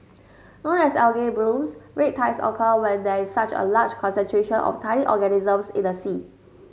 known as algae blooms red tides occur when there is such a large concentration of tiny organisms in the sea